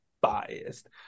biased